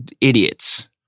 idiots